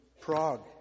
Prague